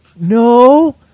No